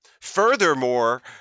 Furthermore